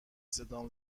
صدام